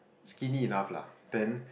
skinny enough lah then